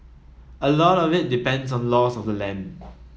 a lot of it depends on laws of the land